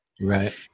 Right